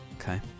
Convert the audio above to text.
okay